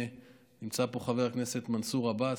נמצא פה חבר הכנסת מנסור עבאס,